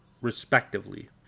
respectively